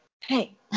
Hey